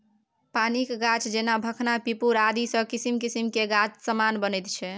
पानिक गाछ जेना भखना पिपुर आदिसँ किसिम किसिम केर समान बनैत छै